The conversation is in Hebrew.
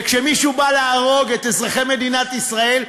וכשמישהו בא להרוג את אזרחי מדינת ישראל,